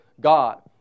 God